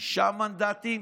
שישה מנדטים